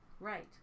right